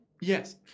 Yes